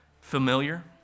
familiar